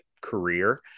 career